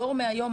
דור מהיום,